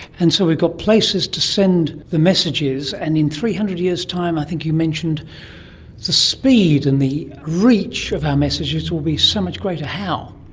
and so we've got places to send the messages. and in three hundred years' time i think you mentioned the speed and the reach of our messages will be so much greater. how?